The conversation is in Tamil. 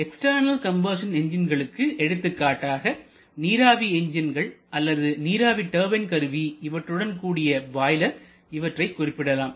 எக்ஸ்டர்னல் கம்பஷன் என்ஜின்களுக்கு எடுத்துக்காட்டாக நீராவி என்ஜின் அல்லது நீராவி டர்பைன் கருவி இவற்றுடன் கூடிய பாய்லர் இவற்றைக் குறிப்பிடலாம்